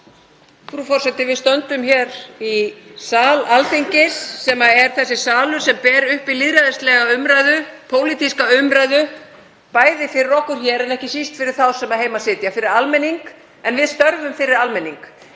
Frú forseti. Við stöndum hér í sal Alþingis, sem er þessi salur sem ber uppi lýðræðislega umræðu, pólitíska umræðu, bæði fyrir okkur hér en ekki síst fyrir þá sem heima sitja, fyrir almenning, en við störfum fyrir almenning.